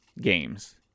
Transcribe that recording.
games